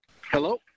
Hello